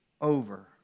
over